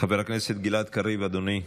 חבר הכנסת גלעד קריב, אדוני,